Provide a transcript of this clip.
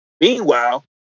Meanwhile